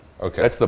Okay